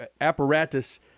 apparatus